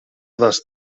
das